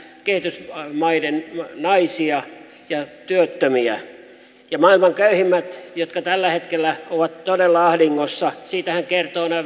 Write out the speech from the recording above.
kehitysmaiden naisia ja työttömiä maailman köyhimmät ovat tällä hetkellä todella ahdingossa siitähän kertovat